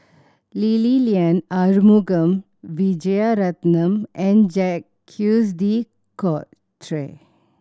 Lee Li Lian Arumugam Vijiaratnam and Jacques De Coutre